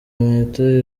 inkweto